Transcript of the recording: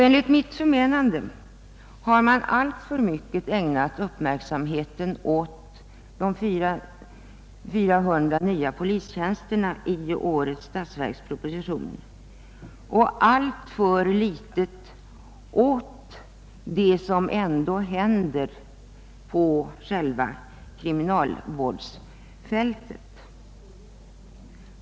Enligt mitt förmenande har det ägnats alltför stor uppmärksamhet åt de 400 nya polistjänster som föreslås i årets statsverksproposition och alltför liten uppmärksamhet åt det som ändå händer på själva kriminalvårdsfältet.